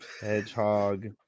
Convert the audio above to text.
Hedgehog